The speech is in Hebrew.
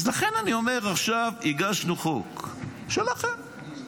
לכן אני אומר, עכשיו הגשנו חוק, שלכם.